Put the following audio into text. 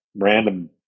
random